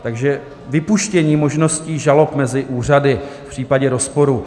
Takže vypuštění možností žalob mezi úřady v případě rozporu.